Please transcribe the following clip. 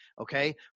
okay